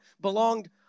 belonged